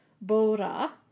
Bora